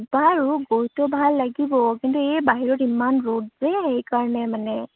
বাৰু গৈতো ভাল লাগিব কিন্তু এই বাহিৰত ইমান ৰ'দ যে সেইকাৰণে মানে